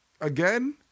again